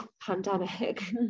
pandemic